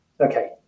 Okay